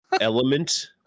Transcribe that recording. element